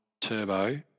turbo